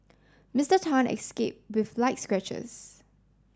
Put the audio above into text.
Mister Tan escaped with light scratches